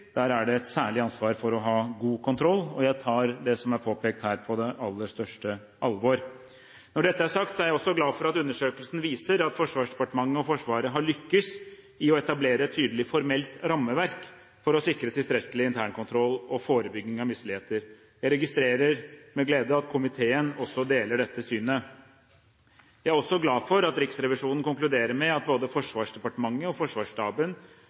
der store summer blir besluttet av relativt få mennesker – er under god kontroll. Jeg tar det som er påpekt her, på det aller største alvor. Når dette er sagt, er jeg også glad for at undersøkelsen viser at Forsvarsdepartementet og Forsvaret har lyktes i å etablere et tydelig formelt rammeverk for å sikre tilstrekkelig internkontroll og forebygging av misligheter. Jeg registrerer med glede at komiteen også deler dette synet. Jeg er også glad for at Riksrevisjonen konkluderer med at både Forsvarsdepartementet og Forsvarsstaben